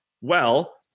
Well-